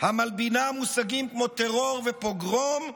המלבינה מושגים כמו טרור ופוגרום,